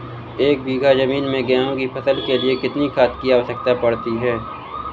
एक बीघा ज़मीन में गेहूँ की फसल के लिए कितनी खाद की आवश्यकता पड़ती है?